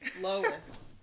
Lois